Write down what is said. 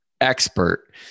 expert